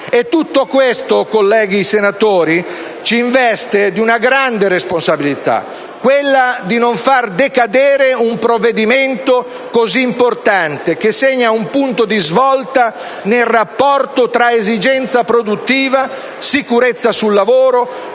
Tutto questo, colleghi senatori, ci investe di una grande responsabilità: quella di non far decadere un provvedimento così importante che segna un punto di svolta nel rapporto tra esigenza produttiva, sicurezza sul lavoro,